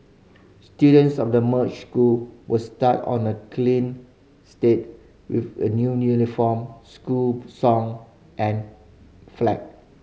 students of the merged school will start on a clean slate with a new uniform school song and flag